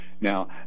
Now